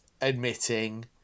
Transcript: admitting